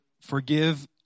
forgive